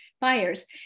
buyers